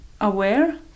aware